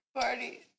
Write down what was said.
party